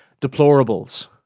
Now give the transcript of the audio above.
deplorables